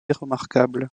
remarquable